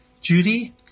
Judy